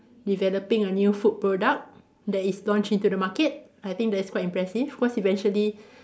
developing a new food product that is launched into the market I think that's quite impressive cause eventually